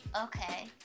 Okay